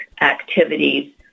activities